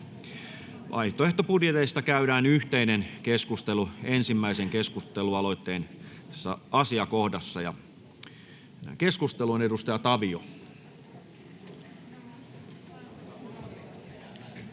Vaihtoehtobudjeteista käydään yhteinen keskustelu ensimmäisen keskustelualoitteen asiakohdassa. — Mennään keskusteluun. Edustaja Tavio.